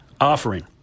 offering